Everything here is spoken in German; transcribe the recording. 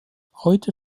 heute